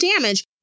damage